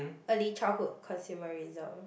Early Childhood consumerism